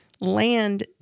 land